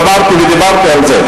ואמרתי ודיברתי על זה.